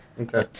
Okay